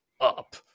up